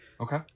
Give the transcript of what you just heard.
Okay